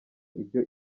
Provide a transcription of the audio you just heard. ibyo